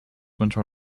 winter